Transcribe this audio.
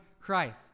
Christ